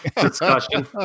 discussion